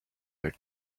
your